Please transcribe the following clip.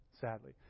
Sadly